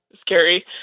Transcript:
scary